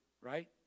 right